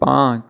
પાંચ